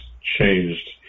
changed